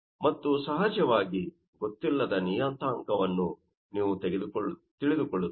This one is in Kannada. ಮತ್ತು ಸಹಜವಾಗಿ ಗೊತ್ತಿಲ್ಲದ ನಿಯತಾಂಕವನ್ನು ನೀವು ತಿಳಿದುಕೊಳ್ಳುತ್ತೀರಿ